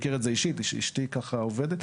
אני מכיר את זה אישית, אשתי ככה עובדת.